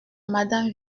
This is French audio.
madame